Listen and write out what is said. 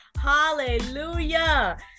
hallelujah